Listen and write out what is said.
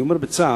אני אומר בצער